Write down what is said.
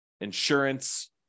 insurance